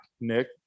Nick